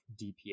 DPI